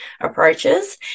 approaches